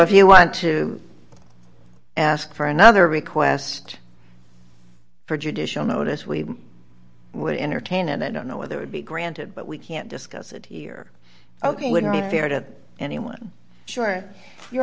if you want to ask for another request for judicial notice we would entertain and i don't know whether it be granted but we can't discuss it here ok wouldn't be fair to anyone sure your